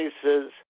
places